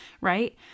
Right